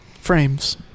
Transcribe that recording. frames